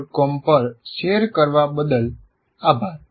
com પર શેર કરવા બદલ આભાર